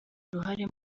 uruhare